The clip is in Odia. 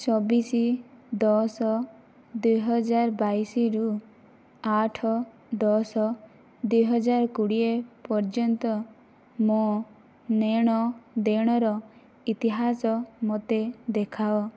ଚବିଶ ଦଶ ଦୁଇ ହଜାର ବାଇଶ ରୁ ଆଠ ଦଶ ଦୁଇ ହଜାର କୋଡିଏ ପର୍ଯ୍ୟନ୍ତ ମୋ ନେ'ଣ ଦେ'ଣର ଇତିହାସ ମୋତେ ଦେଖାଅ